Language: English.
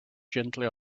gently